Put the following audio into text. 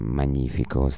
magnifico